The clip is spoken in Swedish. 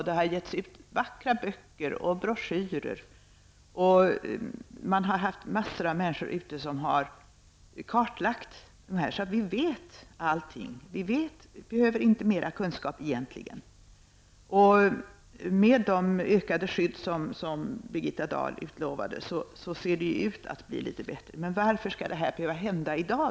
Det har getts ut vackra böcker och broschyrer, och massor av människor har kartlagt dessa arter. Vi behöver egentligen inte mer kunskap. Med det ökade skydd som Birgitta Dahl utlovade ser det ut att bli litet bättre. Men man undrar: Varför skall det här behöva hända i dag?